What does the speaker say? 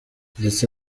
ndetse